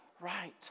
right